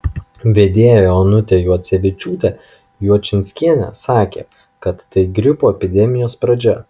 vedėja onutė juocevičiūtė juočinskienė sakė kad tai gripo epidemijos pradžia